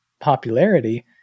popularity